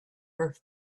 for